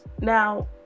Now